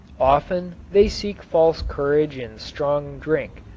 often they seek false courage in strong drink,